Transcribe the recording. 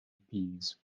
pease